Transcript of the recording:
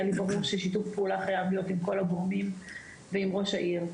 היה לי ברור ששיתוף פעולה חייב להיות עם כל הגורמים ועם ראש העיר.